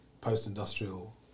post-industrial